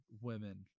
women